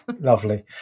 Lovely